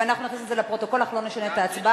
ואנחנו נכניס את זה לפרוטוקול אך לא נשנה את ההצבעה.